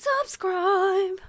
Subscribe